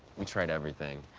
we tried everything.